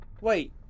Wait